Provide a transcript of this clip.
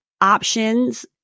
options